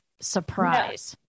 surprise